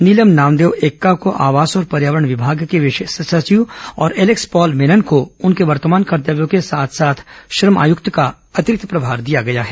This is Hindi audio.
नीलम नामदेव एक्का को आवास और पर्यावरण विमाग के विशेष सचिव और एलेक्स व्हीएफ पॉल मेनन को उनके वर्तमान कर्तव्यों के साथ साथ श्रम आयुक्त का अतिरिक्त प्रभार दिया गया है